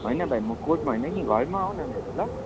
होइन भाइ म कोर्टमा होइन कि घरमा आउन मेरो ल